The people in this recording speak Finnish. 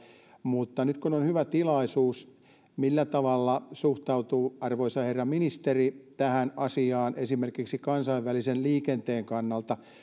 mutta nyt kun on hyvä tilaisuus millä tavalla suhtautuu arvoisa herra ministeri tähän asiaan esimerkiksi kansainvälisen liikenteen kannalta